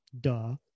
Duh